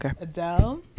Adele